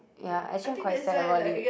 ya actually I quite sad about it